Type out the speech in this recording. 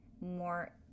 more